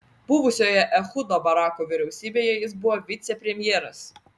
buvusioje ehudo barako vyriausybėje jis buvo vicepremjeras